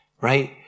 right